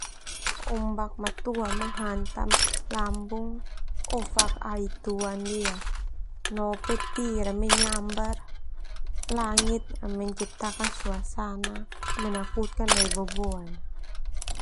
Ombak matua menghantam lambung ofak ai tua nia, no petir ah menyambar langit menciptakan suasana menakutkan nai boboan na.